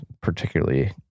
particularly